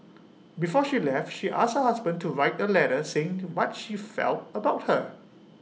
before she left she asked her husband to write A letter saying to what she felt about her